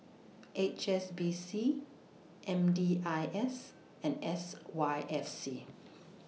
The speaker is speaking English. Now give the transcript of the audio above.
H S B C M D I S and S Y F C